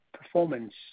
performance